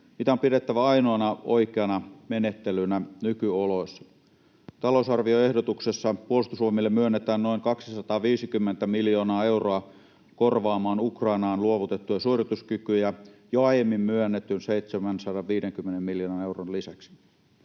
mitä on pidettävä ainoana oikeana menettelynä nykyoloissa. Talousarvioehdotuksessa Puolustusvoimille myönnetään noin 250 miljoonaa euroa korvaamaan Ukrainaan luovutettuja suorituskykyjä jo aiemmin myönnetyn 750 miljoonan euron lisäksi.